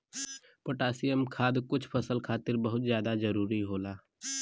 potassium खाद कुछ फसल खातिर बहुत जादा जरूरी होला